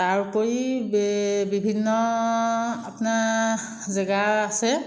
তাৰ উপৰি বিভিন্ন আপোনাৰ জেগা আছে